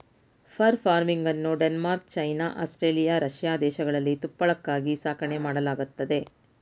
fur ಫಾರ್ಮಿಂಗನ್ನು Denmark, China, Australia, Russia ದೇಶಗಳಲ್ಲಿ ತುಪ್ಪಳಕ್ಕಾಗಿ ಸಾಕಣೆ ಮಾಡಲಾಗತ್ತದೆ